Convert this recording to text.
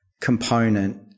component